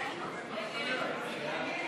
נתקבלו.